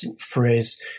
phrase